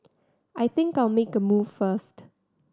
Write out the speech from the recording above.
I think I'll make a move first